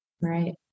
Right